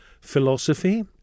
philosophy